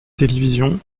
télévision